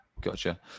Gotcha